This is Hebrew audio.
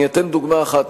אני אתן דוגמה אחת,